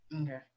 Okay